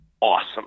awesome